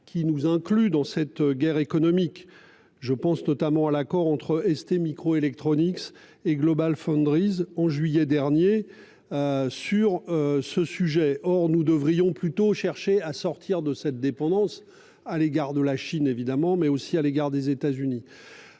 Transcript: qui nous inclus dans cette guerre économique. Je pense notamment à l'accord entre STMicroelectronics et GlobalFoundries en juillet dernier. Sur ce sujet. Or nous devrions plutôt chercher à sortir de cette dépendance à l'égard de la Chine. Évidemment, mais aussi à l'égard des États-Unis.